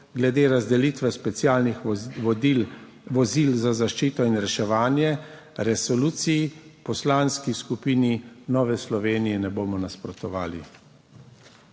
glede razdelitve specialnih vozil za zaščito in reševanje, resoluciji v Poslanski skupini Nova Slovenija ne bomo nasprotovali.